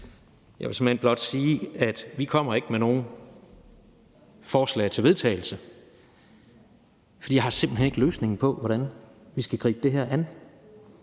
Jeg vil såmænd blot sige, at vi ikke kommer med noget forslag til vedtagelse, for vi har simpelt hen ikke løsningen på, hvordan vi skal gribe det her an,